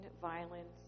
violence